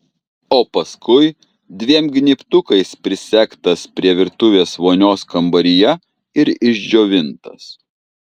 o paskui dviem gnybtukais prisegtas prie virtuvės vonios kambaryje ir išdžiovintas